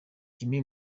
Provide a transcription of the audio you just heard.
jimmy